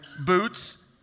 boots